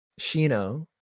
shino